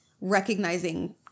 recognizing